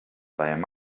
ruined